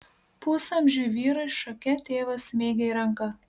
pusamžiui vyrui šake tėvas smeigė į ranką